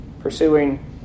pursuing